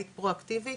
היית פרואקטיבית,